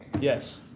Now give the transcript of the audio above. Yes